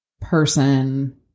person